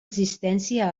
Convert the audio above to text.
existència